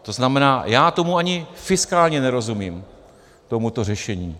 To znamená, já tomu ani fiskálně nerozumím, tomuto řešení.